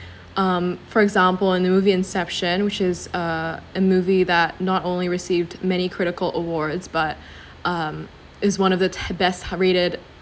um for example in the movie inception which is a a movie that not only received many critical awards but um is one of the best te~ high rated